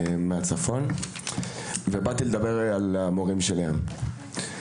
מהצפון, ובאתי לדבר על המורים של היל"ה.